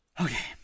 Okay